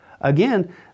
Again